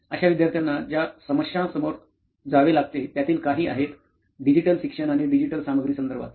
अश्या विद्यर्थ्यांना ज्या समस्यानासमोर जावे लागते त्यातील काही आहेत डिजिटल शिक्षण आणि डिजिटल सामग्री संदर्भात